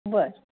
बरं